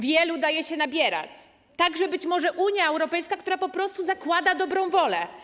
Wielu daje się nabierać, także być może Unia Europejska, która po prostu zakłada dobrą wolę.